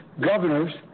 governors